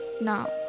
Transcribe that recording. Now